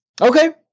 Okay